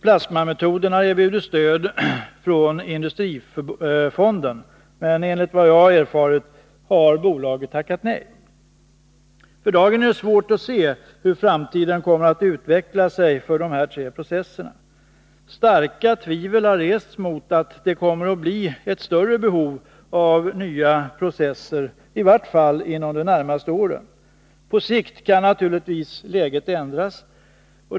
Plasmametoden har erbjudits stöd från industrifonden, men enligt vad jag erfarit har bolaget tackat nej. För dagen är det svårt att se hur framtiden kommer att utveckla sig för dessa tre processer. Starka tvivel har rests mot att det kommer att finnas ett större behov av nya processer, i varje fall inom de närmaste åren. På sikt kan naturligtvis läget ändras.